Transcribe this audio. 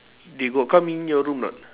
they got come in your room or not